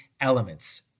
elements